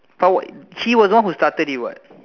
but he was the one who started it what